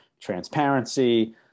transparency